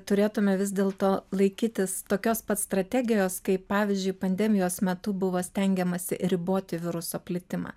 turėtume vis dėlto laikytis tokios pat strategijos kaip pavyzdžiui pandemijos metu buvo stengiamasi riboti viruso plitimą